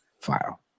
file